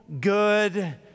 good